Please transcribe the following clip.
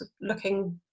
looking